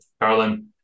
Carolyn